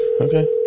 Okay